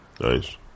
nice